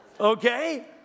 Okay